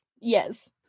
Yes